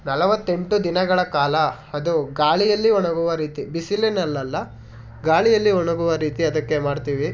ನಲವತ್ತೆಂಟು ದಿನಗಳ ಕಾಲ ಅದು ಗಾಳಿಯಲ್ಲಿ ಒಣಗುವ ರೀತಿ ಬಿಸಿಲಿನಲ್ಲಿಲ್ಲ ಗಾಳಿಯಲ್ಲಿ ಒಣಗುವ ರೀತಿ ಅದಕ್ಕೆ ಮಾಡ್ತೀವಿ